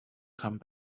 come